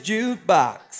Jukebox